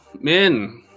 men